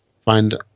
find